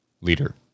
leader